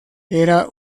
era